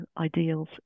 ideals